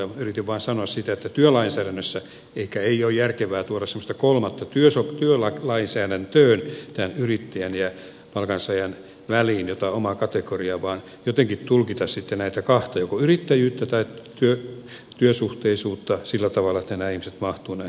yritin vain sanoa sitä että työlainsäädäntöön ehkä ei ole järkevää tuoda semmoista kolmatta yrittäjän ja palkansaajan väliin jotain omaa kategoriaa vaan jotenkin tulkita sitten näitä kahta joko yrittäjyyttä tai työsuhteisuutta sillä tavalla että ihmiset mahtuvat näihin jompaankumpaan kategoriaan